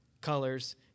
colors